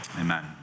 Amen